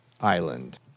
island